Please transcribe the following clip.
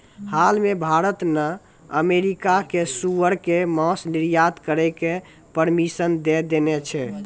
हाल मॅ भारत न अमेरिका कॅ सूअर के मांस निर्यात करै के परमिशन दै देने छै